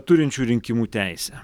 turinčių rinkimų teisę